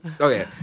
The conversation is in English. Okay